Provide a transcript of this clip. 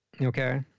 Okay